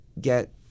get